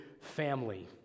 family